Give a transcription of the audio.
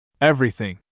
Everything